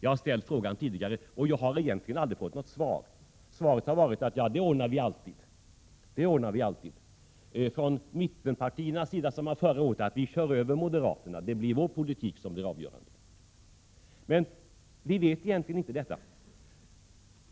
Jag har ställt frågan tidigare och har egentligen aldrig fått något svar. Svaret har varit att ja, det ordnar vi alltid. Från mittenpartierna sade man förra året att vi kör över moderaterna och det blir vår politik som blir avgörande. Men vi vet egentligen ingenting om detta.